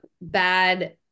bad